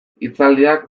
hitzaldiak